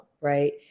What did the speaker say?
right